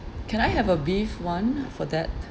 can I have a beef [one] for that